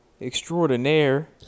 extraordinaire